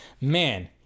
man